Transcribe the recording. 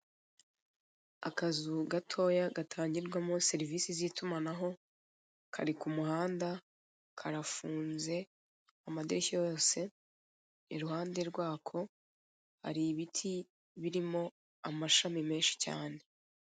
Akazu gatoya, gatangirwamo serivisi z'itumanaho, kari ku muhanda, karafunze amadirishya yose, iruhande rwako hari ibiti birimo amashami menshi cyane.